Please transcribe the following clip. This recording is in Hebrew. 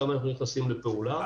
שם אנחנו נכנסים לפעולה,